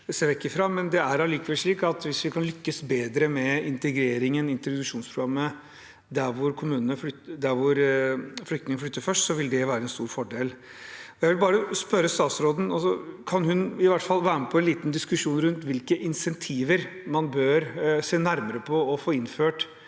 men det er allikevel slik at hvis vi kan lykkes bedre med integreringen og introduksjonsprogrammet der hvor flyktningene flytter først, vil det være en stor fordel. Jeg vil spørre statsråden: Kan hun i hvert fall være med på en liten diskusjon rundt hvilke insentiver man bør se nærmere på å få innført,